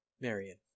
Marion